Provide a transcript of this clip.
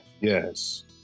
Yes